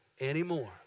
anymore